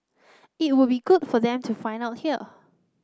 it would be good for them to find out here